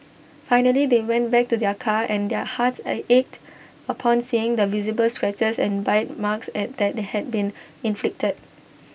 finally they went back to their car and their hearts ached upon seeing the visible scratches and bite marks at that had been inflicted